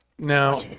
Now